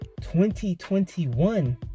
2021